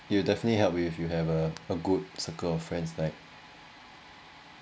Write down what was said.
you'll definitely help if you have a a good circle of friends like